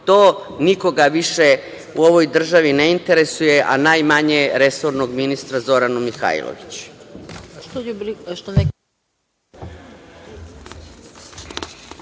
to nikoga više u ovoj državi ne interesuje, a najmanje resornog ministra Zoranu Mihajlović.